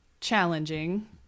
challenging